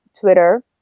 Twitter